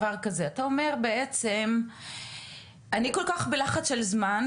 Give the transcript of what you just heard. אני כל כך בלחץ של זמן,